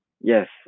yes